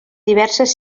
diverses